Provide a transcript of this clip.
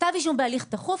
כתב אישום בהליך תכוף,